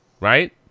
right